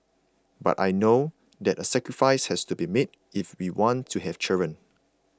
but I know that a sacrifice has to be made if we want to have children